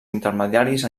intermediaris